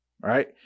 right